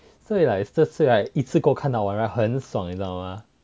like 这次 right 一次过看到完很爽你知道吗